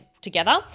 together